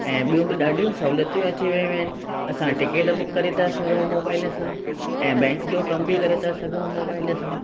ऐं ॿियूं बि ॾाढियूं सहूलियतूं अची वियूं आहिनि असां टिकेट बुक करे था सघूं मोबाइल सां ऐं बैंक जो कम बि करे सघूं मोबाइल सां